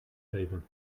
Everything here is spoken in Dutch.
geven